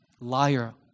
liar